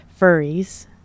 furries